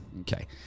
Okay